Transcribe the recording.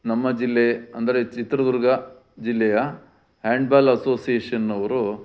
ನಮ್ಮ ಜಿಲ್ಲೆ ಅಂದರೆ ಚಿತ್ರದುರ್ಗ ಜಿಲ್ಲೆಯ ಹ್ಯಾಂಡ್ಬಾಲ್ ಅಸೋಸಿಯೇಷನ್ನವರು